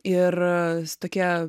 ir tokia